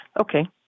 okay